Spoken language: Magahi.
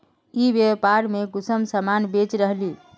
ई व्यापार में कुंसम सामान बेच रहली?